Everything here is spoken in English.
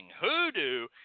hoodoo